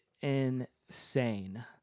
insane